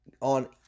on